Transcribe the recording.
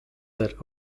that